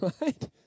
Right